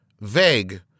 vague